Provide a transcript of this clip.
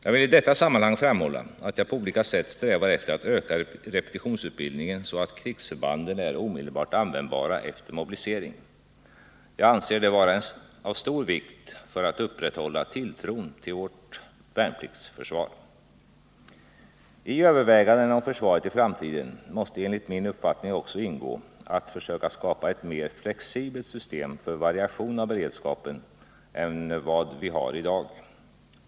Jag vill i detta sammanhang framhålla att jag på olika sätt strävar efter att öka repetitionsutbildningen, så att krigsförbanden är omedelbart användbara efter mobilisering. Jag anser det vara av stor vikt för att upprätthålla tilltron till vårt värnpliktsförsvar. I överväganden om försvaret i framtiden måste enligt min uppfattning också ingå att försöka skapa ett mer flexibelt system för variation av beredskapen än det som vi har i dag.